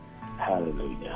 Hallelujah